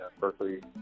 Berkeley